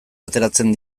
ateratzen